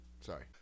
Sorry